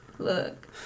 Look